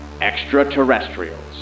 Extraterrestrials